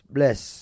Bless